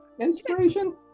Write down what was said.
inspiration